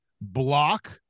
block